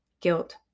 guilt